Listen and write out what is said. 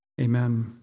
Amen